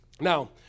Now